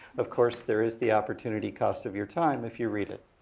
of course, there is the opportunity cost of your time if you read it.